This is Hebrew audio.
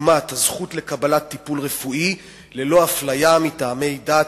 כדוגמת הזכות לקבלת טיפול רפואי ללא אפליה מטעמי דת,